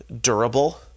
durable